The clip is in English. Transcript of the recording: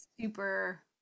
super